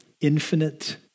infinite